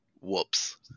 Whoops